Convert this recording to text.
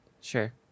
Sure